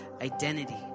identity